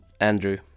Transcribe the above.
Andrew